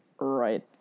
right